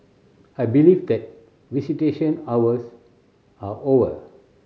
I believe that visitation hours are over